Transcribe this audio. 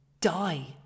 die